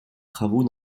travaux